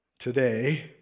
today